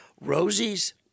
Rosie's